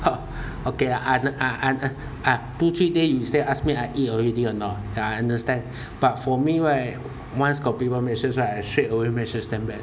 oh okay I under~ I under~ I two three day you still ask still ask me I eat already or not I understand but for me right once got people message right I straight away message them back